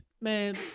man